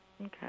okay